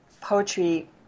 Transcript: poetry